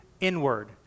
inward